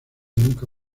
nunca